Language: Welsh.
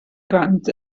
grant